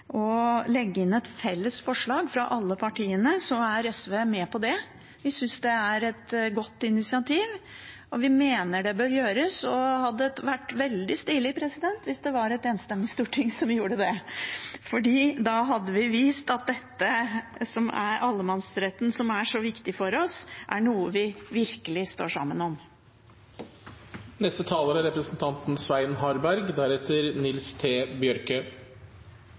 legge inn et felles forslag fra alle partiene, er SV med på det. Vi synes det er et godt initiativ, vi mener det bør gjøres, og det hadde vært veldig stilig hvis det var et enstemmig storting som gjorde det, for da hadde vi vist at allemannsretten, som er så viktig for oss, er noe vi virkelig står sammen om.